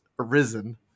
arisen